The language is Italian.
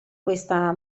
questa